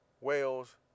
Wales